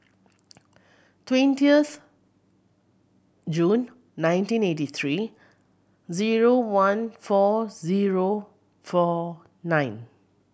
twentieth June nineteen eighty three zero one four zero four nine